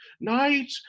night